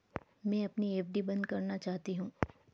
मैं अपनी एफ.डी बंद करना चाहती हूँ